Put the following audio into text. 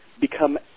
become